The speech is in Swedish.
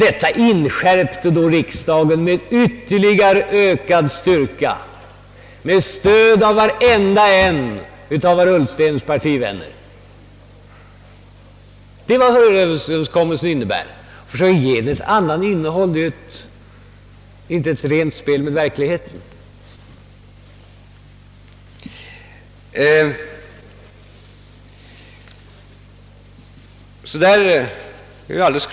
Detta inskärpte riksdagen med ytterligare ökad styrka och med stöd av samtliga herr Ullstens partivänner. Det är var Hörjelöverenskommelsen innebär. Att försöka ge den ett annat innehåll är inte rent spel och stämmer inte med verkligheten.